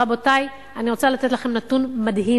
רבותי, אני רוצה לתת לכם נתון מדהים: